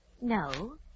No